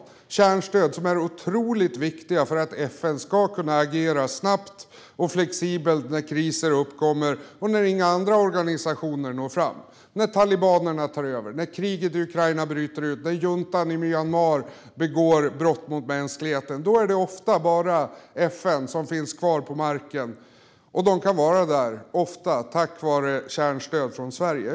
Dessa kärnstöd är otroligt viktiga för att FN ska kunna agera snabbt och flexibelt när kriser uppkommer och när inga andra organisationer når fram. När talibanerna tar över, när kriget i Ukraina bryter ut och när juntan i Myanmar begår brott mot mänskligheten är det ofta bara FN som finns kvar på marken, och de kan ofta vara där tack vare kärnstöd från Sverige.